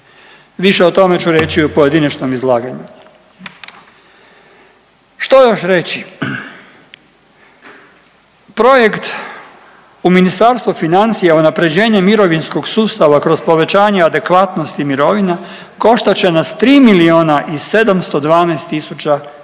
Više o tome ću reći u pojedinačnom izlaganju. Što još reći? Projekt u Ministarstvu financija, Unapređenje mirovinskog sustava kroz povećanje adekvatnosti mirovina koštat će nas 3 miliona i 712 tisuća